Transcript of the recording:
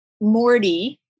Morty